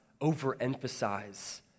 overemphasize